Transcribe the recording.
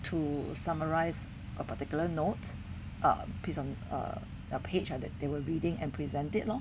to summarise a particular note a piece on err a page that they were reading and present it lor